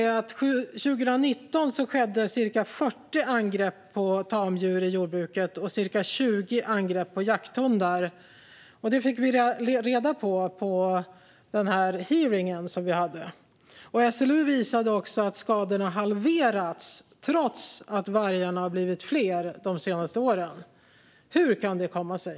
År 2019 skedde cirka 40 angrepp på tamdjur i jordbruket och cirka 20 angrepp på jakthundar. Det fick vi reda på vid den hearing som vi hade. SLU visade också att skadorna halverats trots att vargarna har blivit fler de senaste åren. Hur kan det komma sig?